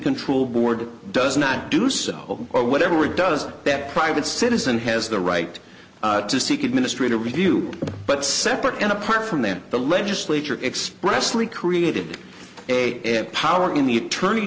control board does not do so or whatever it does that private citizen has the right to seek administrative review but separate and apart from that the legislature expressly created a power in the attorney